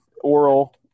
oral